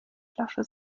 flasche